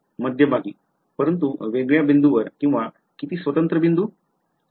मध्यभागी परंतु वेगळ्या बिंदूंवर किंवा किती स्वतंत्र बिंदू